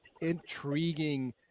intriguing